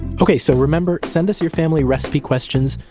okay so remember, send us your family recipe questions,